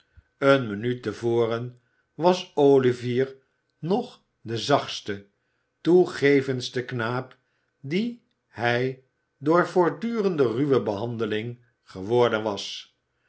eene minuut te voren was olivier nog de zachtste toegevendste knaap die hij door voortdurende ruwe behandeling geworden was